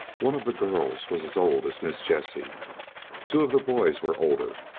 one of the girls was as old as miss jessie two of the boys were older,